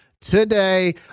today